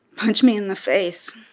punch me in the face.